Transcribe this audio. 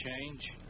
change